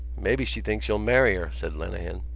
maybe she thinks you'll marry her, said lenehan.